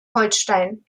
holstein